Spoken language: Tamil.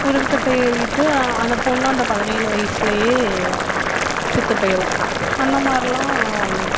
உடன்கட்டை ஏறிவிட்டு அந்த பொண்ணும் அந்த பதினேழு வயசிலயே செத்து போயிடும் அந்த மாரிலாம்